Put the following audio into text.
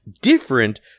different